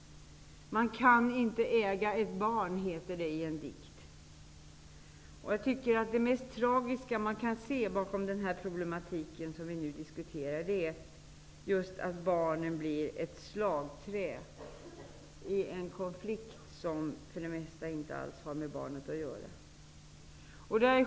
Man kan inte äga ett barn, heter det i en dikt. Jag tycker att det mest tragiska man kan se i den problematik som vi nu diskuterar är att barnet blir ett slagträ i en konflikt som för det mesta inte alls har med barnet att göra.